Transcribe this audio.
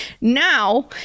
now